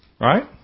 Right